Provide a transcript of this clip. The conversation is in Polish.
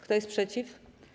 Kto jest przeciw?